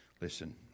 Listen